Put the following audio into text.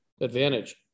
advantage